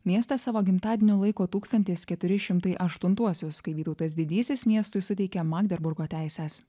miestas savo gimtadieniu laiko tūkstantis keturi šimtai aštuntuosius kai vytautas didysis miestui suteikė magderburgo teises